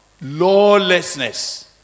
lawlessness